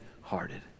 hearted